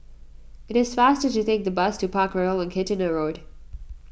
it is faster to take the bus to Parkroyal on Kitchener Road